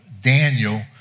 Daniel